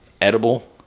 edible